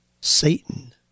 Satan